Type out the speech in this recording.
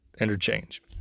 interchange